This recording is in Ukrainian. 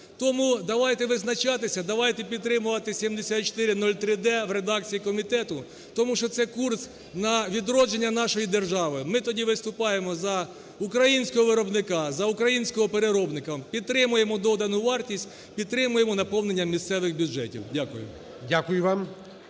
Тому давайте визначатися. Давайте підтримувати 7403-д в редакції комітету, тому що це – курс на відродження нашої держави. Ми тоді виступаємо за українського виробника, за українського переробника. Підтримаймо додану вартість, підтримаймо наповнення місцевих бюджетів. Дякую.